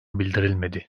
bildirilmedi